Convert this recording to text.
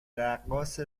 رقاص